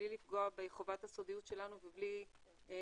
בלי לפגוע בחובת הסודיות שלנו ובלי שייווצר